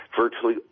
Virtually